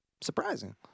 surprising